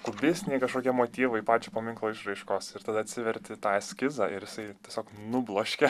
kubistiniai kažkokie motyvai pačio paminklo išraiškos ir tada atsiverti tą eskizą ir jisai tiesiog nubloškia